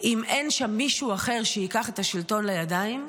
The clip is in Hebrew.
אם אין שם מישהו אחר שייקח את השלטון בידיים,